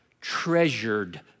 treasured